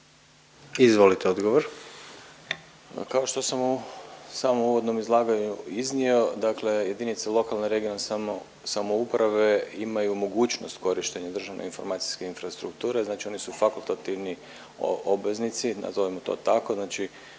kao što sam u samom uvodnom izlaganju iznio, dakle jedinice lokalne, regionalne samouprave imaju mogućnost korištenje državne informacijske infrastrukture. Znači oni su fakultativni obveznici nazovimo to tako,